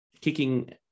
kicking